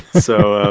so,